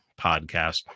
podcast